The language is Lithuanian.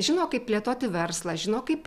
žino kaip plėtoti verslą žino kaip